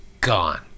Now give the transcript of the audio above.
Gone